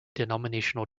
denominational